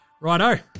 Righto